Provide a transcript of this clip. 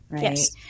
Yes